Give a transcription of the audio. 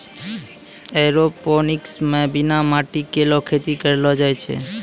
aeroponics म बिना माटी केरो खेती करलो जाय छै